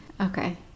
Okay